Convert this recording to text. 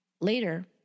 Later